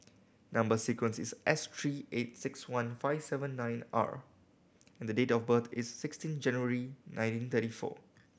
number sequence is S three eight six one five seven nine R and the date of birth is sixteen January nineteen thirty four